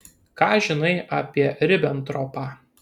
ką žinai apie ribentropą